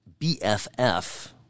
BFF